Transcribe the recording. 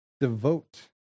devote